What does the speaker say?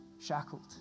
shackled